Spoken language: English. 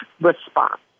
response